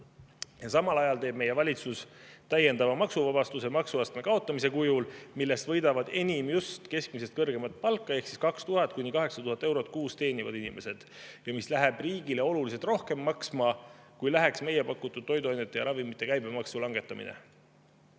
Samal ajal teeb meie valitsus täiendava maksuvabastuse maksuastme kaotamise kujul, millest võidavad enim just keskmisest kõrgemat palka ehk 2000–8000 eurot kuus teenivad inimesed. See läheb riigile oluliselt rohkem maksma, kui läheks meie pakutud toiduainete ja ravimite käibemaksu langetamine.